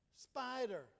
spider